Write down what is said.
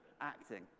Acting